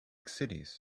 cities